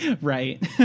Right